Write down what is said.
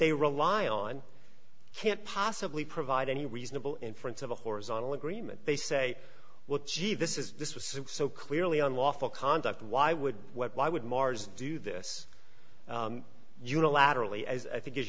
they rely on can't possibly provide any reasonable inference of a horizontal agreement they say well gee this is this was so clearly unlawful conduct why would why would mars do this unilaterally as i think